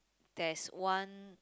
there's one